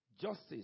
justice